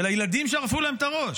של הילדים שערפו להם את הראש.